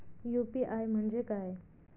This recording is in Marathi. यू.पी.आय म्हणजे काय?